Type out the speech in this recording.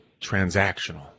transactional